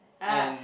ah